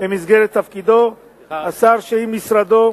במסגרת תפקידו, השר שעם משרדו